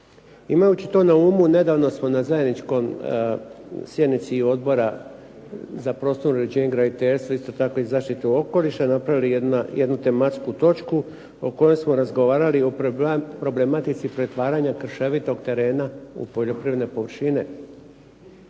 Imajući to na umu, nedavno smo na zajedničkoj sjednici i Odbora za prostorno uređenje i graditeljstvo isto tako i zaštitu okoliša napravili jednu tematsku točku o kojoj smo razgovarali o problematici pretvaranja krševitog terena u poljoprivredne površine.